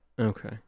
Okay